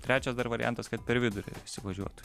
trečias dar variantas kad per vidurį visi važiuotų